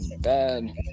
bad